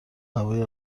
هوای